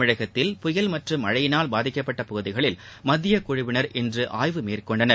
தமிழகத்தில் புயல் மற்றும் மழையினால் பாதிக்கப்பட்ட பகுதிகளில் மத்திய குழுவினர் இன்று ஆய்வு மேற்கொண்டனர்